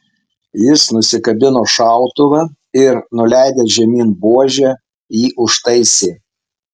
jis nusikabino šautuvą ir nuleidęs žemyn buožę jį užtaisė